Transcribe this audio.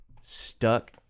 stuck